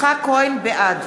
בעד